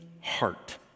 heart